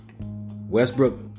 Westbrook